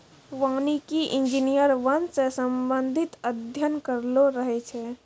वानिकी इंजीनियर वन से संबंधित अध्ययन करलो रहै छै